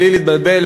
בלי להתבלבל,